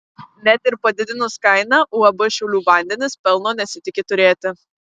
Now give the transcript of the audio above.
net ir padidinus kainą uab šiaulių vandenys pelno nesitiki turėti